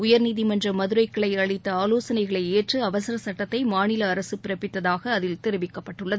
உயர்நீதிமன்ற மதுரை கிளை அளித்த ஆலோசனைகளை ஏற்று அவசரச் சுட்டத்தை மாநில அரசு பிறப்பித்ததாக அதில் தெரிவிக்கப்பட்டுள்ளது